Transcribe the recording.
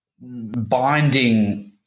binding